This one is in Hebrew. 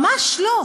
ממש לא.